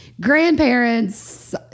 Grandparents